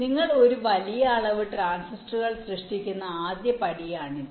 നിങ്ങൾ ഒരു വലിയ അളവ് ട്രാൻസിസ്റ്ററുകൾ സൃഷ്ടിക്കുന്ന ആദ്യപടിയാണിത്